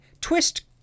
Twist